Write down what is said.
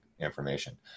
information